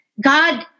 God